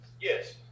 Yes